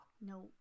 No